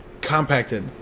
compacted